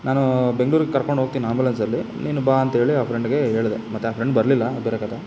ನಾನು ಬೆಂಗ್ಳೂರಿಗೆ ಕರ್ಕೊಂಡೋಗ್ತೀನಿ ಆಂಬ್ಯುಲೆನ್ಸಲ್ಲಿ ನೀನು ಬಾ ಅಂತ ಹೇಳಿ ಆ ಫ್ರೆಂಡಿಗೆ ಹೇಳ್ದೆ ಮತ್ತೆ ಆ ಫ್ರೆಂಡ್ ಬರಲಿಲ್ಲ ಅದು ಬೇರೆ ಕಥೆ